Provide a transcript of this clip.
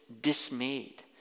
dismayed